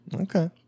Okay